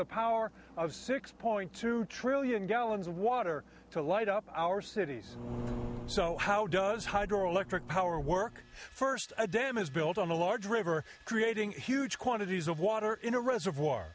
the power of six point two trillion gallons of water to light up our cities so how does hydroelectric power work first a dam is built on a large river creating huge quantities of water in a reservoir